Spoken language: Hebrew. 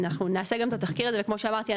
אנחנו נעשה גם את התחקיר הזה וכמו שאמרתי,